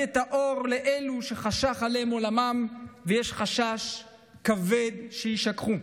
את האור לאלו שחשך עליהם עולמם ויש חשש כבד שיישכחו.